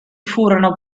furono